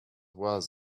was